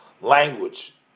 language